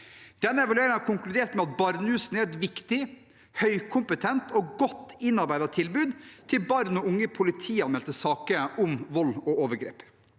Den evalueringen konkluderte med at barnehusene er et viktig, høykompetent og godt innarbeidet tilbud til barn og unge i politianmeldte saker om vold og overgrep,